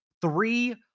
three